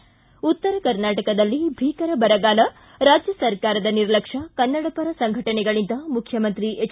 ು ಉತ್ತರ ಕರ್ನಾಟಕದಲ್ಲಿ ಭೀಕರ ಬರಗಾಲ ರಾಜ್ಯ ಸರ್ಕಾರದ ನಿರ್ಲಕ್ಷ್ಯ ಕನ್ನಡಪರ ಸಂಘಟನೆಗಳಿಂದ ಮುಖ್ಯಮಂತ್ರಿ ಎಚ್